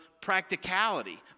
practicality